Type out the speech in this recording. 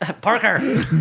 Parker